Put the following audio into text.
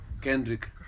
kendrick